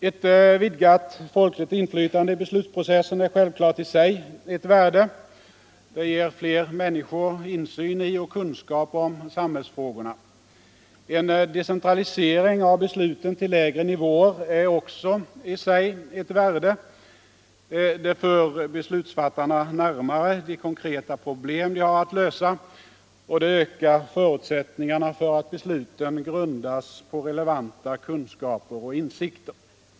Ett vidgat folkligt inflytande i beslutsprocessen är självfallet i sig ett värde — det ger fler människor insyn i och kunskap om samhällsfrågorna. En decentralisering av besluten till lägre nivåer är också i sig ett värde —- den för beslutsfattarna närmare de konkreta problem de har att lösa, och den ökar förutsättningarna för att besluten grundas på relevanta kunskaper och insikter.